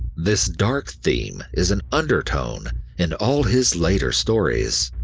this dark theme is an undertone in all his later stories.